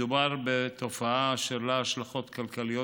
מדובר בתופעה אשר יש לה השלכות כלכליות